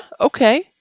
okay